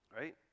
right